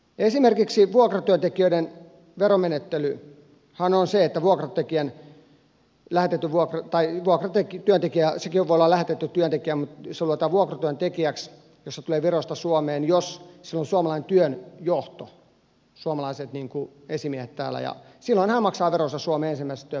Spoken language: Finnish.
esimerkiksi vuokratyöntekijöiden veromenettelyhän on se että vuokratyöntekijä hänkin voi olla lähetetty työntekijä mutta hänet luetaan vuokratyöntekijäksi jos hän tulee virosta suomeen jos hänellä on suomalainen työnjohto suomalaiset esimiehet täällä maksaa veronsa suomeen ensimmäisestä työpäivästä saakka